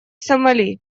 сомали